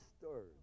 stirred